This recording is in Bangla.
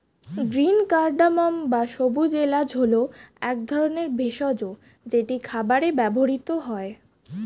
গ্রীন কারডামম্ বা সবুজ এলাচ হল এক ধরনের ভেষজ যেটি খাবারে ব্যবহৃত হয়